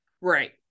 Right